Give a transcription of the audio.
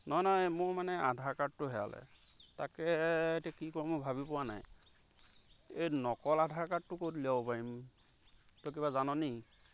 নহয় নহয় মোৰ মানে আধাৰ কাৰ্ডটো হেৰালে তাকে এতিয়া কি কৰোঁ মই ভাবি পোৱা নাই এই নকল আধাৰ কাৰ্ডটো ক'ত উলিয়াব পাৰিম তই কিবা জান নেকি